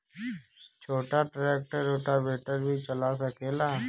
छोटा tractor rotavator भी चला सकेला?